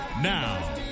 Now